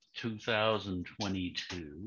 2022